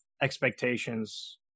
expectations